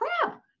Crap